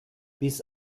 bis